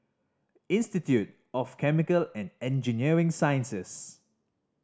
Institute of Chemical and Engineering Sciences